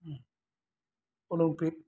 olympic